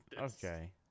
okay